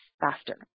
faster